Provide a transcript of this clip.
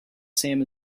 same